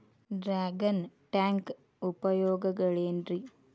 Dragon tank ಉಪಯೋಗಗಳೆನ್ರಿ?